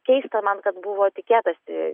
keista man kad buvo tikėtasi